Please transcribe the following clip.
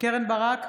קרן ברק,